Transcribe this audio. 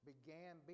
began